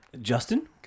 justin